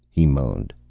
he moaned.